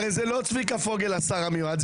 הרי זה לא צביקה פוגל השר המיועד,